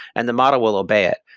and the model will obey it.